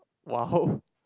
!wow!